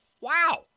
Wow